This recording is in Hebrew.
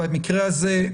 במקרה הזה,